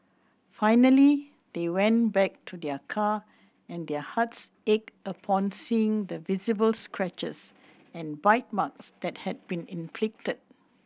finally they went back to their car and their hearts ached upon seeing the visible scratches and bite marks that had been inflicted